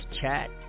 chat